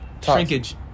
Shrinkage